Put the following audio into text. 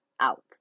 out